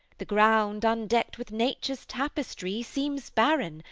the ground, undecked with nature's tapestry, seems barren,